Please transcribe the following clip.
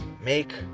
make